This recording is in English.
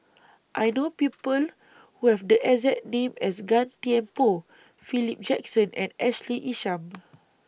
I know People Who Have The exact name as Gan Thiam Poh Philip Jackson and Ashley Isham